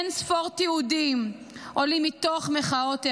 אין-ספור תיעודים עולים מתוך מחאות הענק,